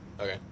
Okay